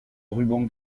ruban